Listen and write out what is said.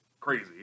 crazy